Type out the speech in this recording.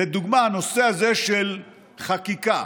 לדוגמה, הנושא הזה של חקיקה